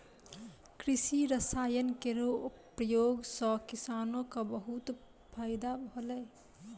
कृषि रसायन केरो प्रयोग सँ किसानो क बहुत फैदा होलै